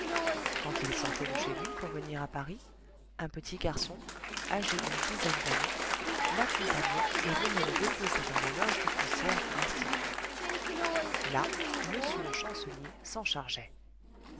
quand il sortait de chez lui pour venir à paris un petit garçon âgé d'une dizaine d'années l'accompagnait et venait le déposer dans la loge du concierge de l'institut là m le chancelier s'en chargeait